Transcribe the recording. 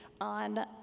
on